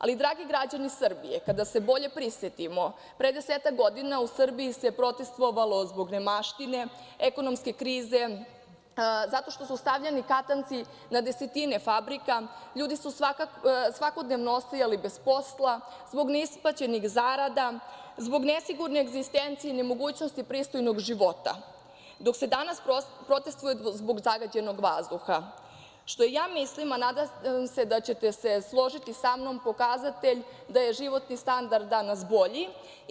Ali, dragi građani Srbije, kada se bolje prisetimo, pre 10-ak godina u Srbiji je protestvovalo zbog nemaštine, ekonomske krize, zato što su stavljani katanci na desetine fabrika, ljudi su svakodnevno ostajali bez posla, zbog neisplaćenih zarada, zbog nesigurne egzistencije i nemogućnosti pristojnog života, dok se danas protestvuje zbog zagađenog vazduha, što ja mislim, a nadam se da ćete se složiti sa mnom, pokazatelj je da je životni standard danas bolji.